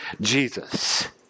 Jesus